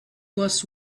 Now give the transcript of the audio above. was